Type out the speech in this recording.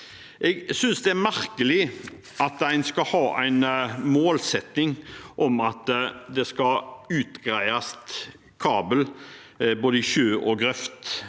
Jeg synes det er merkelig at en skal ha en målsetting om at det skal utredes kabel i både sjø og grøft